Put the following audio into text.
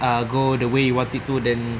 ah go the way you want it to then